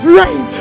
rain